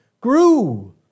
grew